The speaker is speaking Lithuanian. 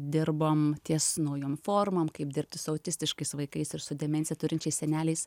dirbom ties naujom formom kaip dirbti su autistiškais vaikais ir su demencija turinčiais seneliais